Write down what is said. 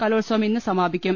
കലോത്സവം ഇന്ന് സമാപിക്കും